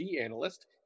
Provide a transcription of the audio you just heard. analyst